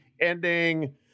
ending